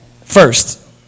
First